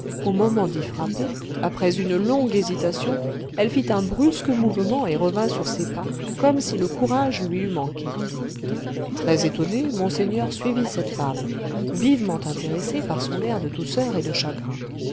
au moment d'y frapper après une longue hésitation elle fit un brusque mouvement et revint sur ses pas comme si le courage lui eût manqué très-étonné monseigneur suivit cette femme vivement intéressé par son air de douceur et de chagrin